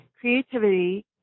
Creativity